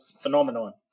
phenomenon